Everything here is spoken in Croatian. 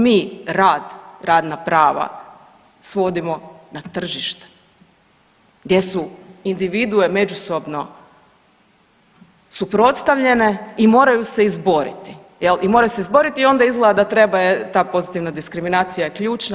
Mi rad, radna prava svodimo na tržište gdje su individue međusobno suprotstavljene i moraju se izboriti jel i moraju se izboriti i onda izgleda da treba je ta pozitivna diskriminacija je ključna.